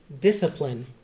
discipline